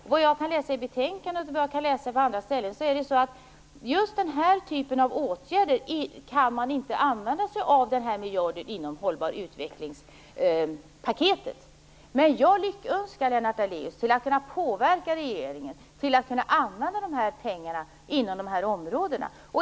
Av vad jag kan läsa mig till i betänkandet och på andra ställen kan man inte använda sig av den här miljarden från hållbar utvecklings-paket för just den här typen av åtgärder. Men jag lyckönskar Lennart Daléus till att kunna påverka regeringen till att dessa pengar skall kunna användas inom de här områdena.